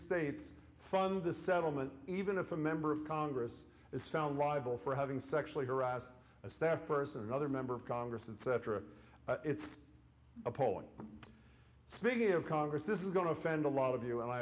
states fund the settlement even if a member of congress is found liable for having sexually harassed a staff person another member of congress and cetera it's a poll and speaking of congress this is going to offend a lot of you and i